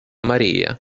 maria